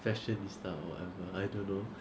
fashionista or whatever I don't know